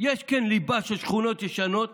יש ליבה של שכונות ישנות